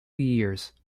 years